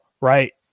Right